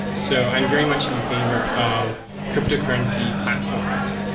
so i'm very much in favor of cryptocurrency platforms.